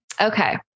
Okay